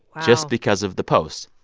just because of the post.